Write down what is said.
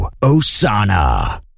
Osana